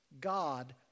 God